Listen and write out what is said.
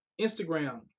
Instagram